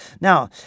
Now